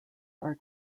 are